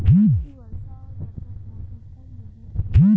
कृषि वर्षा और बदलत मौसम पर निर्भर करेला